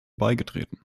beigetreten